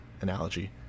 analogy